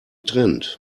trend